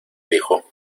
dijo